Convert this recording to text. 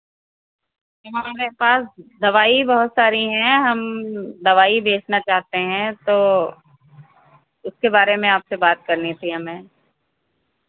यहाँ हमरे पास दवाई बहुत सारी हैं हम दवाई बेचना चाहते हैं तो उसके बारे में आपसे बात करनी थी हमें